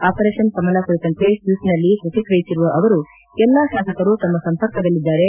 operation Kamala ಕುರಿತಂತೆ ಟ್ವೀಟ್ನಲ್ಲಿ ಪ್ರತಿಕ್ರಿಯಿಸಿರುವ ಅವರು ಎಲ್ಲಾ ಶಾಸಕರು ತಮ್ಮ ಸಂಪರ್ಕದಲ್ಲಿದ್ದಾರೆ